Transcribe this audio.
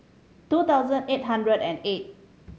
two thousand eight hundred and eight